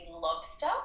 lobster